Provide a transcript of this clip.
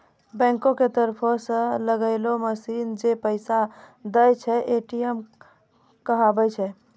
बैंको के तरफो से लगैलो मशीन जै पैसा दै छै, ए.टी.एम कहाबै छै